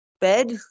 bed